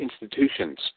institutions